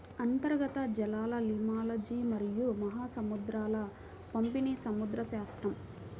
అంతర్గత జలాలలిమ్నాలజీమరియు మహాసముద్రాల పంపిణీసముద్రశాస్త్రం